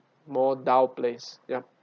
more dull place ya